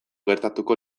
gertatuko